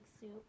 soup